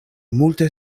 multe